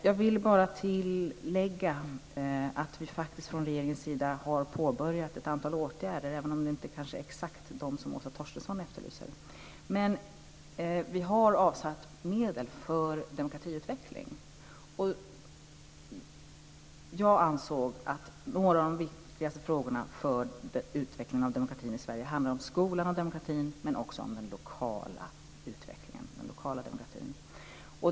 Jag vill bara tillägga att vi faktiskt från regeringens sida har påbörjat ett antal åtgärder, även om det kanske inte är exakt de som Åsa Torstensson efterlyser. Vi har avsatt medel för demokratiutveckling. Jag anser att några av de viktigaste frågorna för utveckling av demokratin i Sverige handlar om skolan och demokratin liksom om den lokala demokratin.